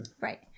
Right